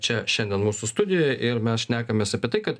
čia šiandien mūsų studijoj ir mes šnekamės apie tai kad